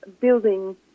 Building